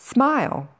Smile